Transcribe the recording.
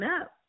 up